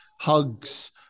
hugs